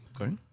Okay